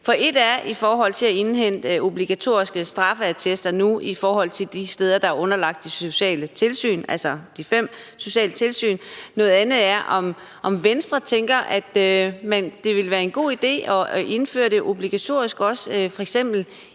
For ét er nu at indhente obligatoriske straffeattester de steder, der er underlagt de sociale tilsyn, altså de fem sociale tilsyn. Noget andet er, om Venstre tænker, at det ville være en god idé også at indføre det obligatorisk i f.eks.